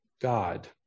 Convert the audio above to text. God